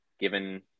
given